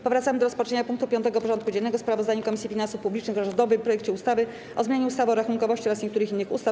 Powracamy do rozpatrzenia punktu 5. porządku dziennego: Sprawozdanie Komisji Finansów Publicznych o rządowym projekcie ustawy o zmianie ustawy o rachunkowości oraz niektórych innych ustaw.